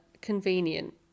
convenient